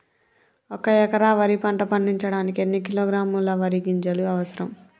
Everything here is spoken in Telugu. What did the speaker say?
ఒక్క ఎకరా వరి పంట పండించడానికి ఎన్ని కిలోగ్రాముల వరి గింజలు అవసరం?